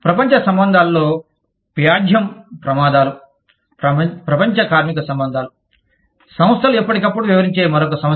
ప్రపంచ సంబంధాలలో వ్యాజ్యం ప్రమాదాలు ప్రపంచ కార్మిక సంబంధాలు సంస్థలు ఎప్పటికప్పుడు వ్యవహరించే మరొక సమస్య